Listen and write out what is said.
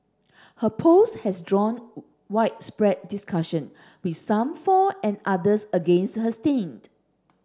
her post has drawn widespread discussion with some for and others against her stent